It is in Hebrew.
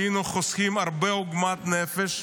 היינו חוסכים הרבה עוגמת נפש,